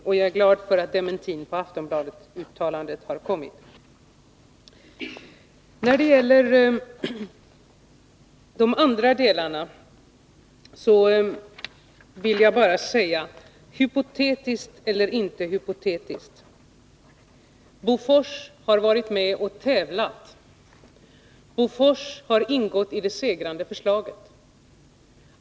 När det gäller de andra delarna i den svenska vapenexporten vill jag bara, hypotetiskt eller inte hypotetiskt, säga att Bofors har varit med och tävlat och att Bofors produkter har ingått i det segrande förslaget.